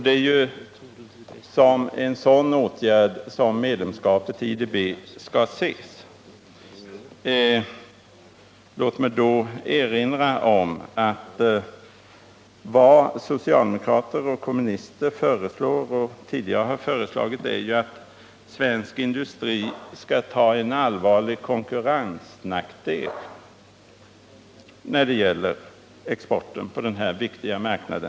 Det är som en sådan åtgärd som medlemskapet i IDB skall ses. Låt mig erinra om att vad socialdemokrater och kommunister föreslår och tidigare har föreslagit är att svensk industri skall ta en allvarlig konkurrensnackdel när det gäller exporten på denna viktiga marknad.